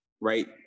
right